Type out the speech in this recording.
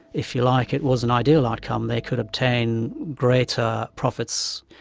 if you like, it was an ideal outcome they could obtain greater profits,